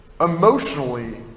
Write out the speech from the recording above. emotionally